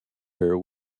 her